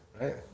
right